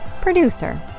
producer